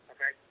Okay